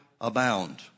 abound